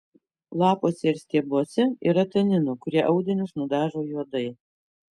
lapuose ir stiebuose yra taninų kurie audinius nudažo juodai